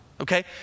okay